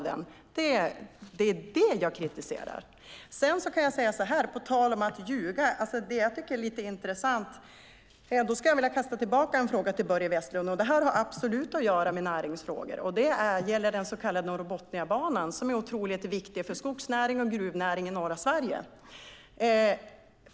Det är det jag kritiserar. På tal om att ljuga kan jag säga att det är lite intressant. Jag skulle nämligen vilja kasta tillbaka en fråga till Börje Vestlund, och den har absolut att göra med näringsfrågor. Det gäller den så kallade Norrbotniabanan, som är oerhört viktig för skogsnäringen och gruvnäringen i norra Sverige.